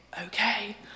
okay